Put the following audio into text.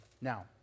Now